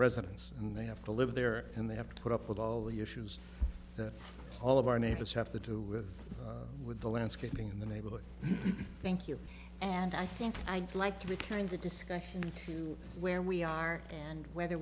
residence and they have to live there and they have to put up with all the issues that all of our neighbors have to do with with the landscaping in the neighborhood thank you and i think i'd like to be kind to discuss where we are and whether